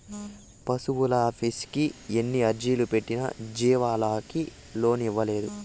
పశువులాఫీసుకి ఎన్ని అర్జీలు పెట్టినా జీవాలకి లోను ఇయ్యనేలేదు